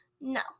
no